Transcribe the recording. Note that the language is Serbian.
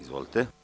Izvolite.